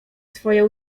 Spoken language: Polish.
swoje